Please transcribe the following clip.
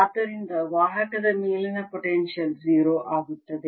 ಆದ್ದರಿಂದ ವಾಹಕದ ಮೇಲಿನ ಪೊಟೆನ್ಶಿಯಲ್ 0 ಆಗುತ್ತದೆ